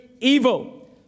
evil